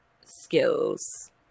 skills